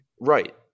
Right